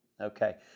Okay